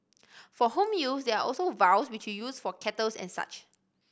for home use there are also vials which you use for kettles and such